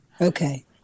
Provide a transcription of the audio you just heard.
Okay